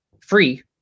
free